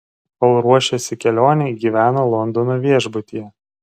kol ruošėsi kelionei gyveno londono viešbutyje